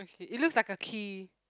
it looks like a key